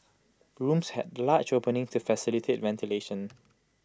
grooms had large openings to facilitate ventilation